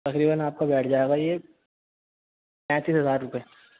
تقریباً آپ کا بیٹھ جائے گا یہ پینتیس ہزار روپئے